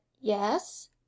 yes